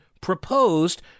proposed